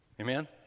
Amen